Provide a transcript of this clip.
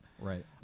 right